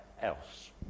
else